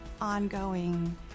ongoing